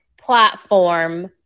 platform